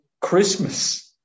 Christmas